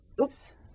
oops